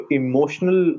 emotional